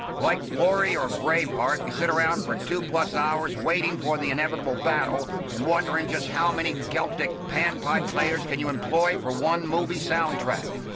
like glory or braveheart, we sit around for two-plus hours waiting for the inevitable battle and wondering just how many celtic pan-pipe players can you employ for one movie soundtrack?